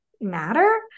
matter